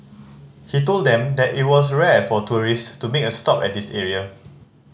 he told them that it was rare for tourist to make a stop at this area